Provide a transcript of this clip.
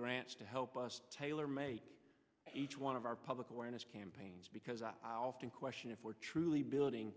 grants to help us tailor make each one of our public awareness campaigns because i often question if we're truly building